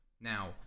Now